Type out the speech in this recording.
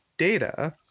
data